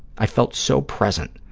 i felt so present,